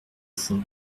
fond